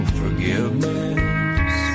forgiveness